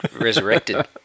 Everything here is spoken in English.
Resurrected